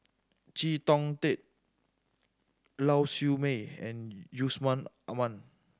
Chee Tong Tet Lau Siew Mei and Yusman Aman